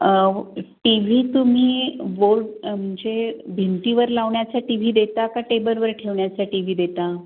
T V तुम्ही wall अमजे भिंतीवर लावण्याचा टी व्ही देता का टेबलवर ठेवण्याचा टी व्ही देता